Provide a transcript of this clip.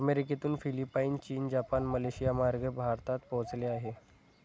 अमेरिकेतून फिलिपाईन, चीन, जपान, मलेशियामार्गे भारतात पोहोचले आहे